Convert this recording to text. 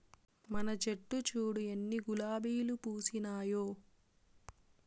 మన చెట్లు చూడు ఎన్ని గులాబీలు పూసినాయో